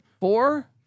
Four